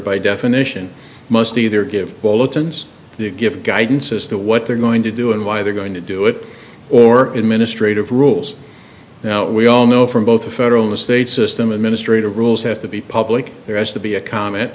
by definition must either give wallet ins give guidance as to what they're going to do and why they're going to do it or administrative rules now we all know from both the federal and state system administrative rules have to be public there has to be a com